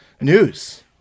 news